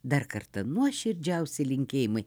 dar kartą nuoširdžiausi linkėjimai